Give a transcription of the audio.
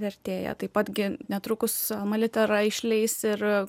vertėja taip pat gi netrukus alma litera išleis ir